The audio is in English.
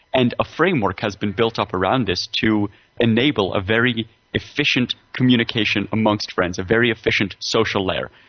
and a framework has been built up around this to enable a very efficient communication amongst friends, a very efficient social layer.